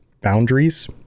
boundaries